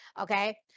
okay